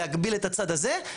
להגביל את הצד הזה,